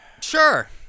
Sure